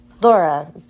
Laura